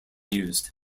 used